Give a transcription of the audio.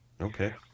Okay